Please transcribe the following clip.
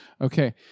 Okay